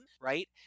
right